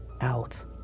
out